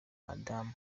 mudamu